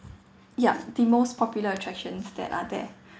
yup the most popular attractions that are there